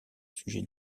sujets